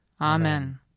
Amen